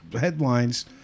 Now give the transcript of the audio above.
headlines